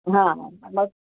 हां हां मग